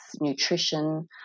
nutrition